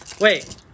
Wait